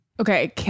Okay